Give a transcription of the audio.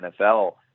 NFL